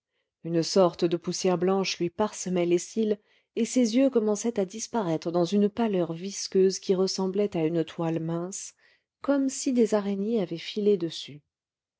une sorte de poussière blanche lui parsemait les cils et ses yeux commençaient à disparaître dans une pâleur visqueuse qui ressemblait à une toile mince comme si des araignées avaient filé dessus